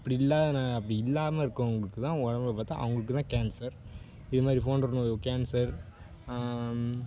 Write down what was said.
அப்படி இல்லாதனால் அப்படி இல்லாமல் இருக்கவங்களுக்கு தான் உடம்புல பார்த்தா அவங்களுக்கு தான் கேன்சர் இது மாதிரி போன்ற நோய் கேன்சர்